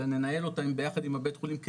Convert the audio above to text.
אלא ננהל אותה ביחד עם הבית חולים,